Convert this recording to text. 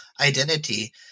identity